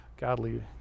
godly